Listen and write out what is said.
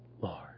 Lord